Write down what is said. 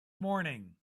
morning